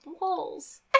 walls